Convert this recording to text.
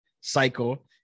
cycle